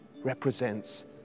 represents